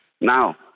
Now